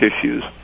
tissues